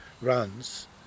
runs